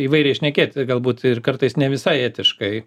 įvairiai šnekėt galbūt ir kartais ne visai etiškai